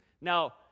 now